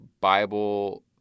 Bible